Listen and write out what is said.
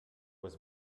was